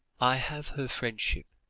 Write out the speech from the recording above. i have her friendship.